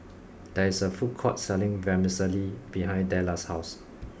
there is a food court selling Vermicelli behind Della's house